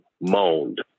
moaned